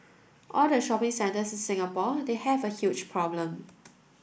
all the shopping centres in Singapore they have a huge problem